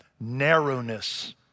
narrowness